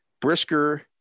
brisker